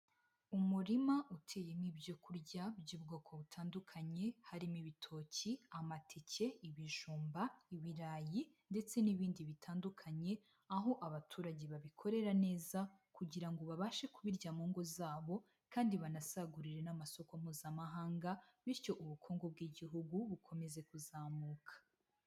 Umurima uteyemo ibyokurya by'ubwoko butandukanye, harimo ibitoki, amateke, ibijumba, ibirayi ndetse n'ibindi bitandukanye, aho abaturage babikorera neza kugira ngo babashe kubirya mu ngo zabo, kandi banasagurire n'amasoko Mpuzamahanga, bityo ubukungu bw'Igihugu bukomeze kuzamuka.